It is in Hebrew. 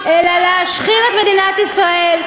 אלא להשחיר את מדינת ישראל,